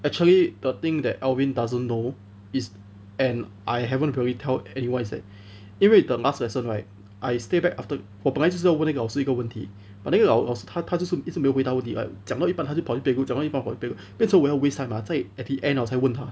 actually the thing that alvin doesn't know is and I haven't really told anyone is that 因为 the last lesson right I stay back after 我本来就是要问那个老师一个问题 but then 因为老师他他就是一直没有回答问题 like 讲到一半他就跑去别的 group 讲到一半他就跑去别的 group 变成我要 waste time ah 在 at the end liao 才问他